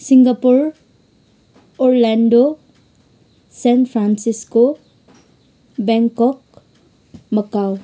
Singapore Orlando San Francisco Bangkok Macau